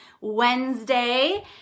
Wednesday